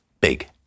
big